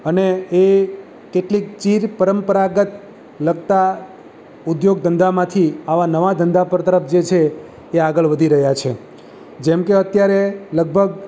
અને એ કેટલીક ચીર પરંપરાગત લગતા ઉદ્યોગ ધંધામાંથી આવા નવા ધંધા તરફ જે છે એ આગળ વધી રહ્યા છે જેમ કે અત્યારે લગભગ